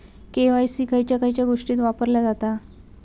KYC खयच्या खयच्या गोष्टीत वापरला जाता?